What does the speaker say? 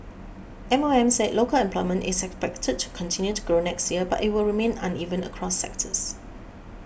M O M said local employment is expected to continue to grow next year but it will remain uneven across sectors